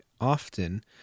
often